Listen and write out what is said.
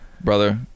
brother